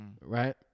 right